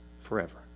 forever